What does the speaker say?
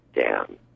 down